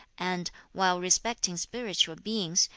and, while respecting spiritual beings,